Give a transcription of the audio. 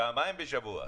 פעמיים בשבוע.